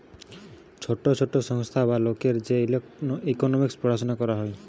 ছোট ছোট সংস্থা বা লোকের যে ইকোনোমিক্স পড়াশুনা করা হয়